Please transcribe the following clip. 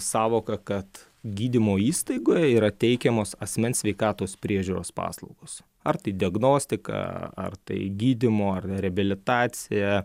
sąvoka kad gydymo įstaigoje yra teikiamos asmens sveikatos priežiūros paslaugos ar tai diagnostika ar tai gydymo ar reabilitacija